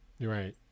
Right